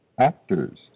actors